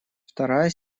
вторая